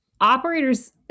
operators